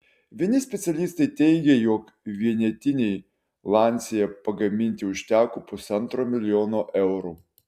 vieni specialistai teigia jog vienetinei lancia pagaminti užteko pusantro milijono eurų